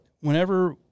whenever